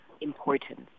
importance